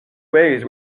ways